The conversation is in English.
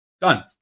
Done